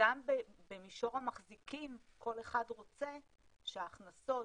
וגם במישור המחזיקים כל אחד רוצה שההכנסות